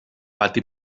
pati